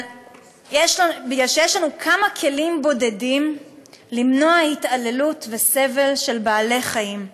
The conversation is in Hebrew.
משום שיש לנו כמה כלים בודדים למנוע התעללות וסבל של בעלי-חיים,